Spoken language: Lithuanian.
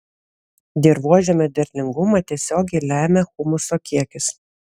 dirvožemio derlingumą tiesiogiai lemia humuso kiekis